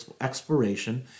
exploration